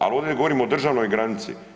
Ali ovdje govorimo o državnoj granici.